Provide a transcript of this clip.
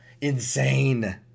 insane